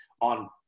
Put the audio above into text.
on